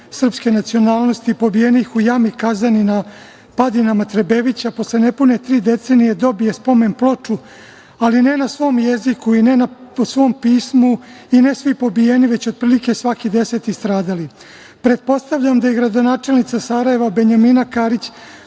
srpske nacionalnosti pobijenih u jami Kazani na padinama Trebevića posle nepune tri decenije dobije spomen-ploču, ali ne na svom jeziku i ne na svom pismu i ne svi pobijeni već otprilike svaki deseti stradali? Pretpostavljam da je gradonačelnica Sarajeva Benjamina Karić,